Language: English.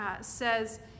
says